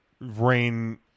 rain